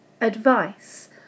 advice